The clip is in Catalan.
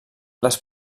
les